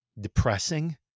depressing